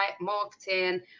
marketing